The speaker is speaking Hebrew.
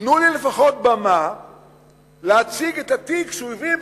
תנו לי לפחות במה להציג את התיק שהוא הביא בפנינו,